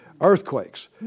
Earthquakes